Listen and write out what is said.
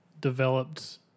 developed